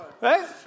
right